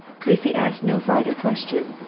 creasy asked no farther question.